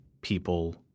people